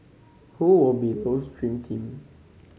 who will be Low's dream team